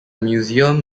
museum